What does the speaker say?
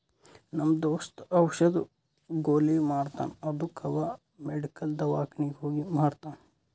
ನಮ್ ದೋಸ್ತ ಔಷದ್, ಗೊಲಿ ಮಾರ್ತಾನ್ ಅದ್ದುಕ ಅವಾ ಅವ್ ಮೆಡಿಕಲ್, ದವ್ಕಾನಿಗ್ ಹೋಗಿ ಮಾರ್ತಾನ್